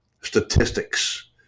statistics